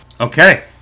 Okay